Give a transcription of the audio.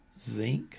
zinc